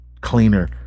cleaner